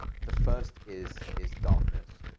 the first is is darkness.